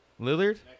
Lillard